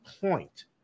point